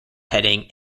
heading